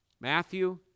Matthew